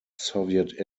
soviet